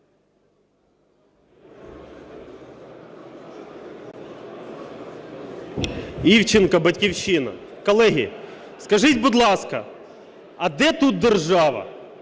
Івченко, "Батьківщина". Колеги, скажіть, будь ласка, а де тут держава?